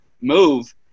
move